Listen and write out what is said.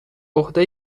عهده